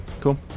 cool